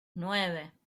nueve